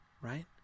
right